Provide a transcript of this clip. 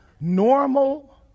normal